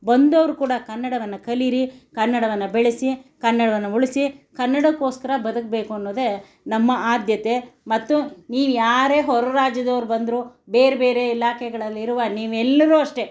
ಬಂದವ್ರು ಕೂಡ ಕನ್ನಡವನ್ನು ಕಲಿಯಿರಿ ಕನ್ನಡವನ್ನು ಬೆಳೆಸಿ ಕನ್ನಡವನ್ನು ಉಳಿಸಿ ಕನ್ನಡಕ್ಕೋಸ್ಕರ ಬದುಕ್ಬೇಕು ಅನ್ನೋದೇ ನಮ್ಮ ಆದ್ಯತೆ ಮತ್ತು ನೀವು ಯಾರೇ ಹೊರ ರಾಜ್ಯದವ್ರು ಬಂದರೂ ಬೇರೆ ಬೇರೆ ಇಲಾಖೆಗಳಲ್ಲಿರುವ ನೀವೆಲ್ಲರೂ ಅಷ್ಟೆ